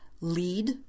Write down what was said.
lead